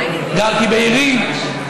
גרתי בעירי,